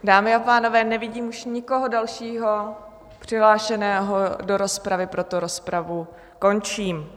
Dámy a pánové, nevidím už nikoho dalšího přihlášeného do rozpravy, proto rozpravu končím.